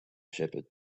shepherd